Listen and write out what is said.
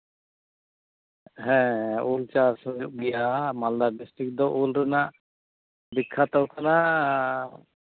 ᱦᱮᱸ ᱩᱞ ᱪᱟᱥ ᱦᱩᱭᱩᱜ ᱜᱮᱭᱟ ᱢᱟᱞᱫᱟ ᱰᱤᱥᱴᱨᱤᱠ ᱫᱚ ᱩᱞ ᱨᱮᱱᱟᱜ ᱵᱤᱠᱠᱷᱟᱛᱚ ᱠᱟᱱᱟ